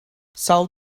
sawl